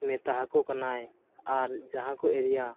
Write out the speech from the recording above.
ᱢᱮᱛᱟ ᱦᱟᱠᱚ ᱠᱟᱱᱟᱭ ᱟᱨ ᱡᱟᱦᱟᱸ ᱠᱚ ᱮᱨᱤᱭᱟ